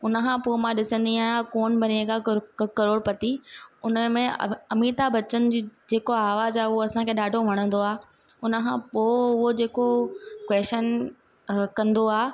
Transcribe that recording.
उन खां पो मां ॾिसंदी आयां कौन बनेगा करोड़पती उनमें अमिताब बच्चन जी जेको आवाज़ आ उअ असांखे ॾाढो वणंदो आ हुन खां पो उहो जेको क्वेशन कंदो आ